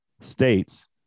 States